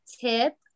tip